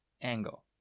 angle